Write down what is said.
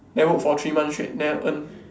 then work for three months straight then earn